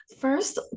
first